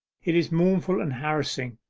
it is mournful and harassing.